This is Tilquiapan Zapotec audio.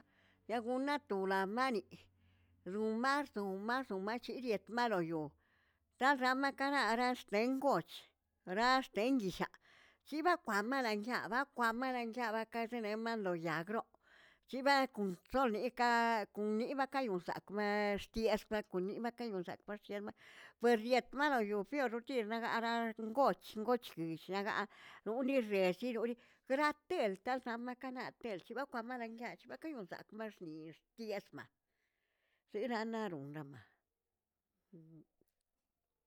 Yagunaato la maniꞌi ruumar ruumar ruumar chiriꞌet maroyo taramacaꞌraꞌrasht engoꞌoch, raꞌaxtenguishaꞌ chibakwan malaꞌanguiaꞌ ba kwaꞌa malanguiꞌa ba kaꞌxineꞌn malonyagroꞌo, chiban koon to lnikaꞌ arkuniꞌibakaꞌyozaꞌa arkmaaxt tieestkomina baka yoza' pur yet maroyo pior rutir ragaraꞌa angooch ngooch yish shiagaꞌ uni riech chiroꞌri graꞌatel taltamaꞌa kaꞌlaꞌa tel chibalkamaꞌalangach chibakayozaꞌa baknixə tieꞌexmaꞌa terannaꞌ ronranmaꞌ.